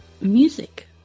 music